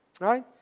right